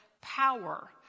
power